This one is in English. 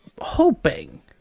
hoping